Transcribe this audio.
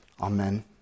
Amen